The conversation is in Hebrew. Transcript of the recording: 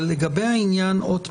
אני מסתכל על מסמך ההכנה,